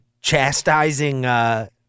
chastising